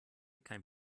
kein